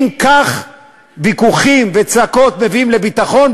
אם ויכוחים וצעקות מביאים לביטחון,